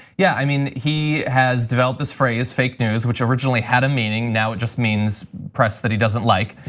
yeah i mean, he has developed this phrase fake news which originally had a meaning now it just means press that he doesn't like.